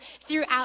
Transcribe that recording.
throughout